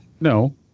No